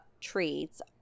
treats